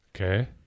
Okay